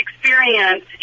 experience